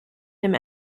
him